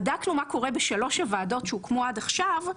כשבדקנו מה קורה בשלוש הוועדות שהוקמו עד עכשיו,